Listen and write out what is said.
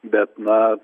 bet na